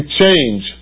change